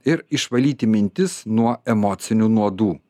ir išvalyti mintis nuo emocinių nuodų